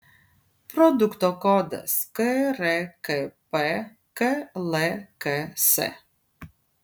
produkto kodas krkp klks